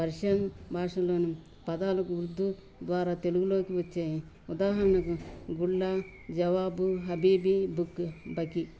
Persian భాషలోను పదాలు ఉర్దు ద్వారా తెలుగులోకి వచ్చాయి ఉదాహరణకు గుళ్లా జవాబు హబీబి బుక్ బకి